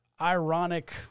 ironic